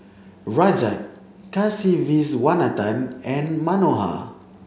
Rajat Kasiviswanathan and Manohar